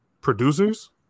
Producers